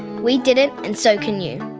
we did it and so can you.